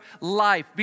life